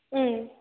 ಊಂ